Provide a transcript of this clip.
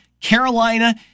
Carolina